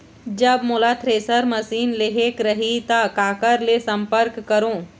जब मोला thresher machine लेहेक रही ता काकर ले संपर्क करों?